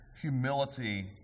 humility